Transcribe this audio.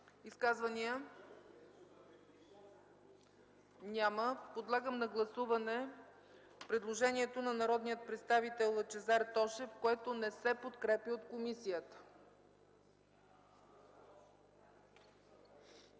Изказвания? Няма. Подлагам на гласуване предложението на народния представител Лъчезар Тошев, което не се подкрепя от комисията.